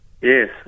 Yes